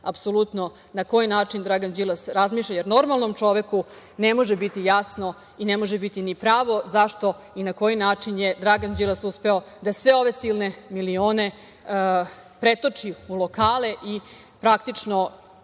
apsolutno na koji način Dragan Đilas razmišlja, jer normalnom čovek ne može biti jasno i ne može biti ni pravo zašto i na koji način je Dragan Đilas uspeo da sve ove silne milione pretoči u lokale i verovatno